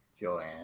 Joanne